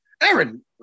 Aaron